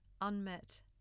Unmet